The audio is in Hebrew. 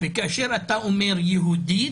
וכאשר אתה אומר יהודי,